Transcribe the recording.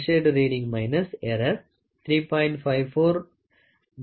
C 3